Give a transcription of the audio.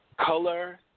color